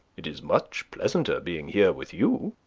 it is much pleasanter being here with you.